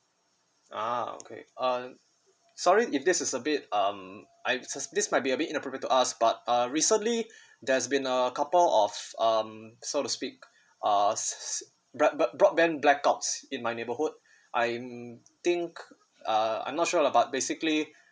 ah okay uh sorry if this is a bit um I this might be a bit inappropriate to ask but uh recently there's been a couple of um so to speak uh s~ broad~ broadband blackouts in my neighbourhood I am think uh I'm not sure lah but basically